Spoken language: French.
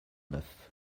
neuf